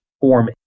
form